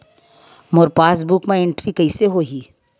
मोर passbook मा entry कइसे होही?